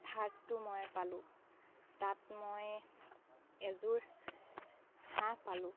থাৰ্ডটো ময়ে পালোঁ তাত মই এযোৰ হাঁহ পালোঁ